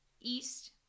east